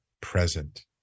present